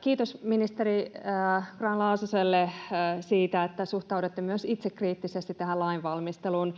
Kiitos ministeri Grahn-Laasoselle siitä, että suhtauduitte myös itsekriittisesti tähän lainvalmisteluun.